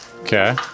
Okay